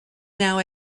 now